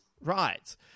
Right